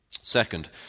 Second